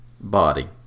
body